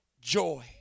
joy